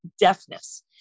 deafness